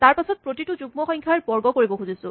তাৰপাছত প্ৰতিটো যুগ্ম সংখ্যাৰ বৰ্গ কৰিব খোজো